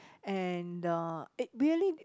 and the it really